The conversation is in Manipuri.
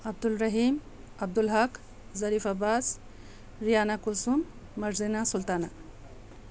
ꯑꯞꯗꯨꯜ ꯔꯍꯤꯝ ꯑꯞꯗꯨꯜ ꯍꯛ ꯖꯔꯤꯞ ꯑꯕꯥꯁ ꯔꯤꯌꯥꯅ ꯀꯨꯁꯨꯝ ꯃꯔꯖꯅꯥ ꯁꯨꯜꯇꯥꯅꯥ